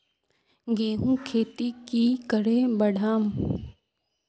गेंहू खेती की करे बढ़ाम?